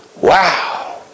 Wow